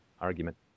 argument